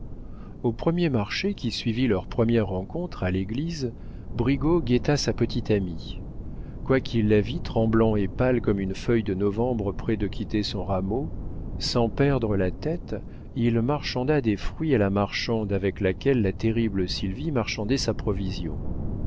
au premier marché qui suivit leur première rencontre à l'église brigaut guetta sa petite amie quoiqu'il la vît tremblant et pâle comme une feuille de novembre près de quitter son rameau sans perdre la tête il marchanda des fruits à la marchande avec laquelle la terrible sylvie marchandait sa provision